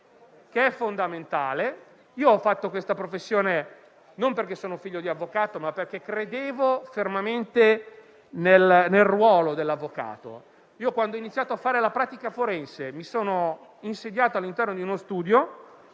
fondamentale. Ho svolto tale professione non perché sono figlio di avvocato, ma perché credevo fermamente nel suo ruolo. Quando ho iniziato a fare la pratica forense, mi sono insediato all'interno di uno studio